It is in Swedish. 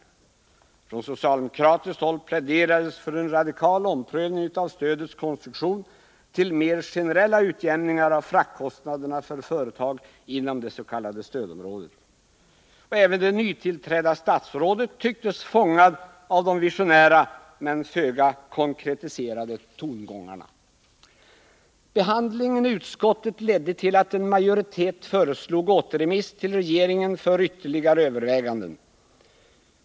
Från socialdemokratiskt håll pläderades för en radikal omprövning av stödets konstruktion till mer generella utjämningar av fraktkostnaderna för företag inom det s.k. stödområdet. Även det nytillträdda statsrådet tycktes fångad av de visionära men föga konkretiserade tongångarna. Behandlingen i utskottet ledde till att en majoritet föreslog återremiss till regeringen för ytterligare överväganden.